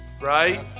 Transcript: right